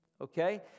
okay